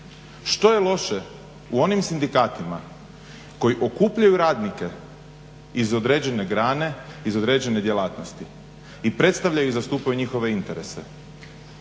Što je loše u onim sindikatima koji okupljaju radnike iz određene grane, iz određene djelatnosti i predstavljaju i zastupaju njihove interese.